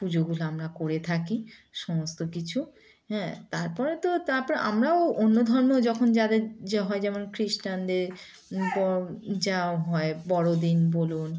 পুজোগুলো আমরা করে থাকি সমস্ত কিছু হ্যাঁ তারপরে তো তারপর আমরাও অন্য ধর্ম যখন যাদের য হয় যেমন খ্রিস্টানদের যা হয় বড়দিন বলুন